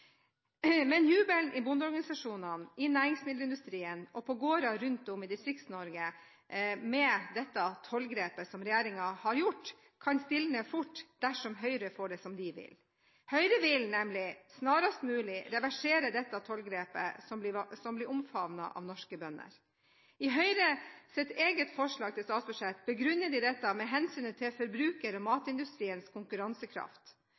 Men jubelen i bondeorganisasjonene, i næringsmiddelindustrien og på gårder rundt om i Distrikts-Norge kan med dette tollgrepet som regjeringen har gjort, stilne fort dersom Høyre får det som de vil. Høyre vil nemlig snarest mulig reversere dette tollgrepet, som blir omfavnet av norske bønder. I Høyres eget forslag til statsbudsjett begrunner de dette med hensynet til forbruker- og matindustriens konkurransekraft.